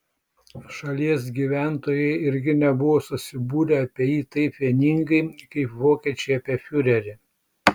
šalies gyventojai irgi nebuvo susibūrę apie jį taip vieningai kaip vokiečiai apie fiurerį